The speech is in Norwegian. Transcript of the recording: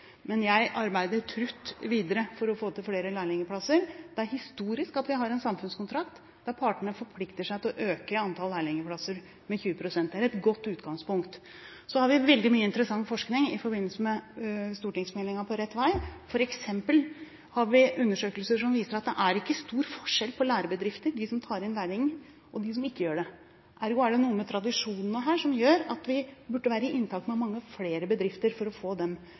men jeg arbeider jevnt og trutt videre for å få til flere lærlingplasser. Det er historisk at vi har en samfunnskontrakt der partene forplikter seg til å øke antall lærlingplasser med 20 pst. Det er et godt utgangspunkt. Så har vi veldig mye interessant forskning i forbindelse med den nevnte stortingsmeldingen. Vi har f.eks. undersøkelser som viser at det ikke er stor forskjell på de lærebedriftene som tar inn lærlinger, og de som ikke gjør det. Ergo er det noe med tradisjonene her som gjør at vi burde være i kontakt med mange flere bedrifter for å få dem